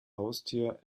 haustier